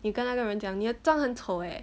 你跟那个人讲你的张很丑 eh